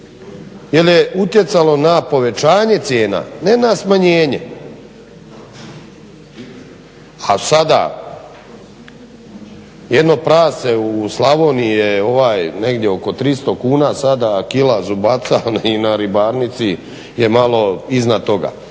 jer je utjecalo na povećanje cijena ne na smanjenje. A sada jedno prase u Slavoniji je negdje oko 300 kuna, sada kila zubaca na ribarnici je malo iznad toga.